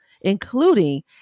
including